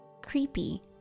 creepy